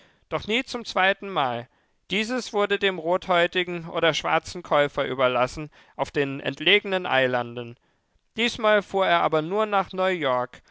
doch nie zum zweitenmal dieses wurde dem rothäutigen oder schwarzen käufer überlassen auf den entlegenen eilanden diesmal fuhr er aber nur nach neuyork